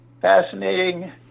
fascinating